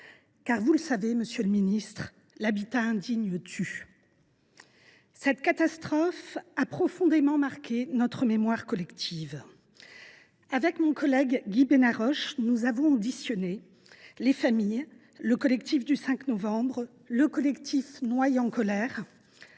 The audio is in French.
vous le savez, l’habitat indigne tue ! Cette catastrophe a profondément marqué notre mémoire collective. Avec mon collègue Guy Benarroche, nous avons auditionné les familles et le collectif du 5 novembre Noailles en colère.